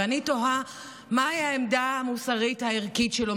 ואני תוהה מהי העמדה המוסרית הערכית שלו,